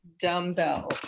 dumbbell